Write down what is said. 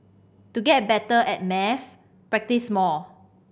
to get better at maths practise more